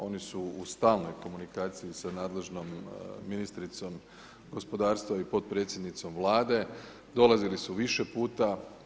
Oni su u stalnoj komunikaciji sa nadležnom ministricom gospodarstva i potpredsjednicom Vlade, dolazili su više puta.